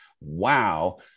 Wow